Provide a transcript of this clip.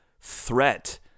threat